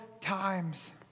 times